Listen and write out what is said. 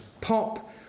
pop